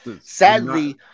Sadly